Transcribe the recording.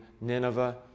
Nineveh